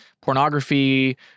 pornography